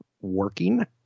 working